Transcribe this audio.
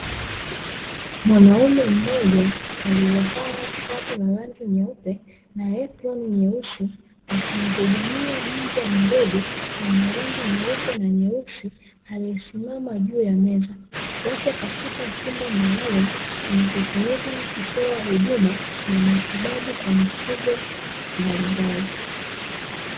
Mwanaume mmoja aliyevaa shati la rangi nyeupe na eproni nyeusi akimhudumia mbwa mdogo mwenye rangi nyeupe na nyeusi, aliyesimama juu ya meza wapo katika chumba maalumu kinachotumika kutoa huduma na matibabu kwa mifugo mbalimbali.